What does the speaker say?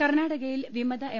കർണ്ണാടകയിൽ വിമത എം